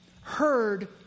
heard